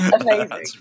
Amazing